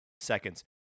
seconds